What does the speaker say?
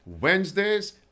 Wednesdays